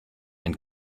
and